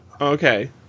okay